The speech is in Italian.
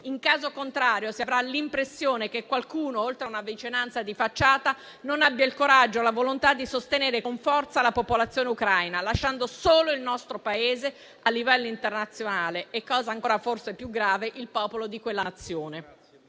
In caso contrario, si avrà l'impressione che qualcuno, oltre a una vicinanza di facciata, non abbia il coraggio e la volontà di sostenere con forza la popolazione ucraina, lasciando solo il nostro Paese a livello internazionale e - cosa forse ancora più grave - il popolo di quella Nazione.